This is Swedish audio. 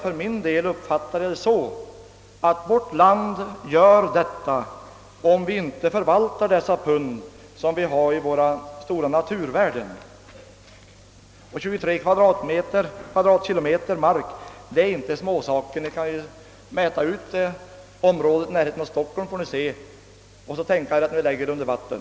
För min del uppfattar jag det så att vi gräver ned vårt pund om vi inte väl förvaltar våra stora naturvärden. Ett område på 23 km? är inte så litet Ni kan mäta ut det området i närheten av Stockholm och tänka er att ni lägger det under vatten!